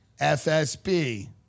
FSB